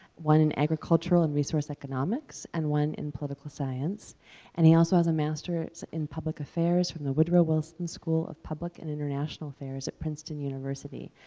one in agricultural and research economics and one in political science and he also has a masters in public affairs from the woodrow wilson school of public and international affairs at princeton university.